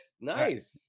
Nice